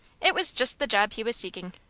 it was just the job he was seeking.